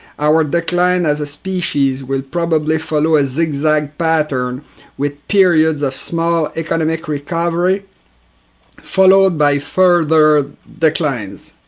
our decline as a species will probably follow a zig zag pattern with periods of small economic recovery followed by further declines.